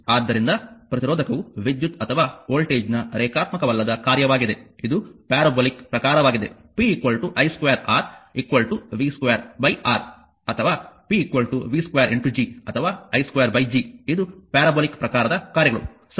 ಆದ್ದರಿಂದ ಪ್ರತಿರೋಧಕವು ವಿದ್ಯುತ್ ಅಥವಾ ವೋಲ್ಟೇಜ್ನ ರೇಖಾತ್ಮಕವಲ್ಲದ ಕಾರ್ಯವಾಗಿದೆ ಇದು ಪ್ಯಾರಾಬೋಲಿಕ್ ಪ್ರಕಾರವಾಗಿದೆ p i2 R v2R ಅಥವಾ p v2 G ಅಥವಾ i2G ಇದು ಪ್ಯಾರಾಬೋಲಿಕ್ ಪ್ರಕಾರದ ಕಾರ್ಯಗಳು ಸರಿ